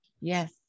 Yes